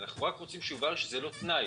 אנחנו רק רוצים שיובן שזה לא תנאי.